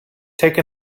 take